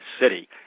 City